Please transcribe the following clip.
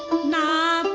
nine